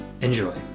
Enjoy